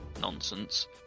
nonsense